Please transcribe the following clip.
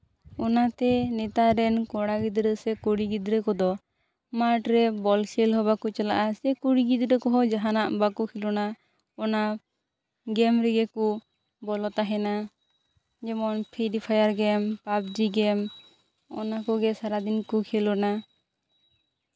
ᱚᱱᱟᱛᱮ ᱱᱮᱛᱟᱨ ᱨᱮᱱ ᱠᱚᱲᱟ ᱜᱤᱫᱽᱨᱟᱹ ᱥᱮ ᱠᱩᱲᱤ ᱜᱤᱫᱽᱨᱟᱹ ᱠᱚᱫᱚ ᱢᱟᱴᱷ ᱨᱮ ᱵᱚᱞ ᱠᱷᱮᱹᱞ ᱦᱚᱸ ᱵᱟᱠᱚ ᱪᱟᱞᱟᱜᱼᱟ ᱥᱮ ᱠᱩᱲᱤ ᱜᱤᱫᱽᱨᱟᱹ ᱠᱚᱦᱚᱸ ᱡᱟᱦᱟᱸᱱᱟᱜ ᱦᱚᱸ ᱵᱟᱠᱚ ᱠᱷᱮᱸᱞᱳᱰᱟ ᱚᱱᱟ ᱜᱮᱢ ᱨᱮᱜᱮᱠᱚ ᱵᱚᱞᱚ ᱛᱟᱦᱮᱸᱱᱟ ᱡᱮᱢᱚᱱ ᱯᱨᱤᱯᱷᱟᱭᱟᱨ ᱜᱮ ᱢ ᱯᱟᱵᱡᱤ ᱜᱮᱢ ᱚᱱᱟ ᱠᱚᱜᱮ ᱥᱟᱨᱟᱫᱤᱱ ᱠᱚ ᱠᱷᱮᱸᱞᱳᱰᱟ